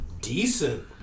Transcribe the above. Decent